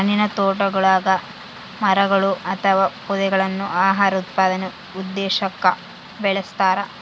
ಹಣ್ಣಿನತೋಟಗುಳಗ ಮರಗಳು ಅಥವಾ ಪೊದೆಗಳನ್ನು ಆಹಾರ ಉತ್ಪಾದನೆ ಉದ್ದೇಶಕ್ಕ ಬೆಳಸ್ತರ